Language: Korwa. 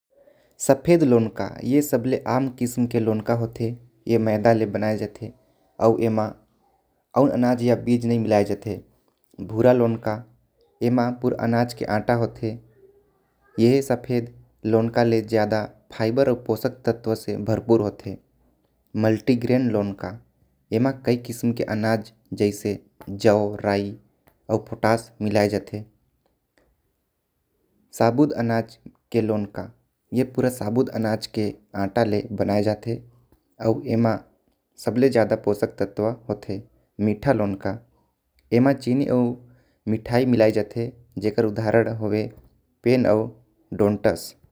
सफेद लोनका ए सबसे आम किस्म के लोनका होते। ए मैदा ले बनाए जाते आऊ एमा आऊ अनाज आऊ। बीज नई मिलाए जाते भूरा लोनका एमा पुर अनाज के आटा होते। ए सफेद लोनका से ज्यादा फाइबर और पोषक तत्वों से भरपूर होते। मल्टीग्रेन लोनका एमा कई किस्म के अनाज जैसे जो राई आऊ। पोट्स मिलाए जाते सबूत अनाज के लोनका ए पूरा सबूत। अनाज के आटा ले बनाए जाते आऊ एमा सबसे ज्यादा पोषक तत्व होते। मीठा लोनका एमा चीनी आऊ मिठाई मिलाए जाते। जेकर उदाहरण होय पेन आऊ डोनट्स।